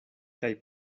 kaj